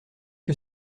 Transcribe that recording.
que